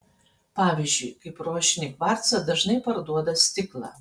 pavyzdžiui kaip rožinį kvarcą dažnai parduoda stiklą